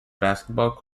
basketball